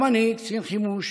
גם אני, קצין חימוש